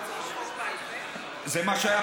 למה?